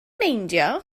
meindio